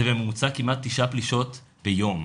זה בממוצע כמעט תשע פלישות ביום,